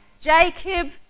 Jacob